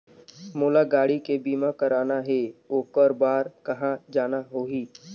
मोला गाड़ी के बीमा कराना हे ओकर बार कहा जाना होही?